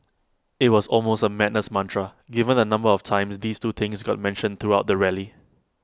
IT was almost A madness mantra given the number of times these two things got mentioned throughout the rally